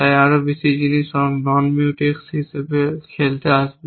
তাই আরও বেশি জিনিস অ মিউটেক্স হিসাবে খেলতে আসবে